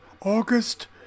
August